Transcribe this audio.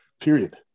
Period